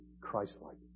Christ-like